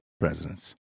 Presidents